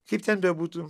kaip ten bebūtų